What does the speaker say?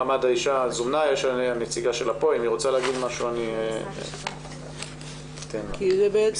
היא רוצה להגיד משהו אני אתן לה.